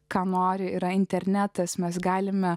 ką nori yra internetas mes galime